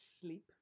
sleep